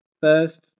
first